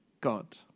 God